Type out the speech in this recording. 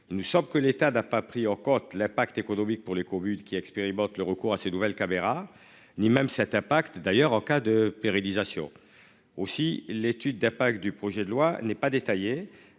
Nous sommes que l'État n'a pas pris en compte l'impact économique pour les communes qui expérimentent le recours à ces nouvelles caméras ni même cet impact d'ailleurs en cas de pérennisation aussi l'étude d'impact du projet de loi n'est pas détaillé.